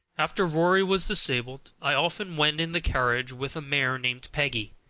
after rory was disabled i often went in the carriage with a mare named peggy,